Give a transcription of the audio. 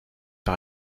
par